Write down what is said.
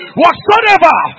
whatsoever